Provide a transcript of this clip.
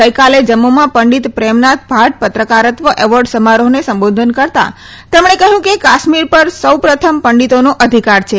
ગઇકાલે જમ્મુમાં પંડીત પ્રેમનાથ ભાટ પત્રકારત્વ એવોર્ડ સમારોહને સંબોધતાં તેમણે કહ્યું કે કાશ્મીર પર સૌ પ્રથમ પંડીતોનો અધિકાર છે